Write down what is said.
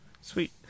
Sweet